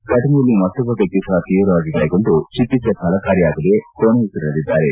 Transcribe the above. ಘಟನೆಯಲ್ಲಿ ಮತ್ತೊಬ್ಬ ವ್ಯಕ್ತಿ ಸಹ ತೀವ್ರವಾಗಿ ಗಾಯಗೊಂಡು ಚಿಕಿತ್ಸೆ ಫಲಕಾರಿಯಾಗದೆ ಕೊನೆಯುಸಿರೆಳೆದಿದ್ದಾರೆ